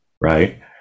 right